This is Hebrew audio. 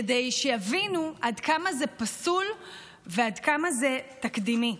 כדי שיבינו עד כמה זה פסול ועד כמה זה תקדימי.